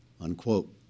unquote